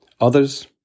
Others